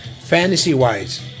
Fantasy-wise